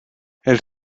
elle